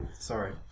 Sorry